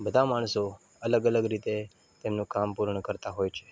બધા માણસો અલગ અલગ રીતે તેમનું કામ પૂર્ણ કરતા હોય છે